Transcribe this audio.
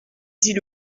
dit